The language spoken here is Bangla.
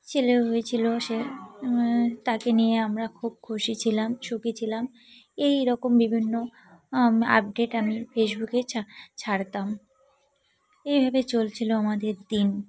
ছেলে হয়েছিল সে তাকে নিয়ে আমরা খুব খুশি ছিলাম সুখী ছিলাম এই রকম বিভিন্ন আপডেট আমি ফেসবুকে ছাড় ছাড়তাম এইভাবে চলছিল আমাদের দিন